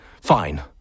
Fine